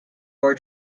more